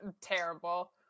terrible